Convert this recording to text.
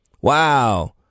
Wow